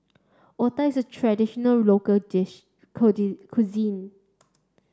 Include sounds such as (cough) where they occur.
Otah is a traditional local dish (unintelligible) cuisine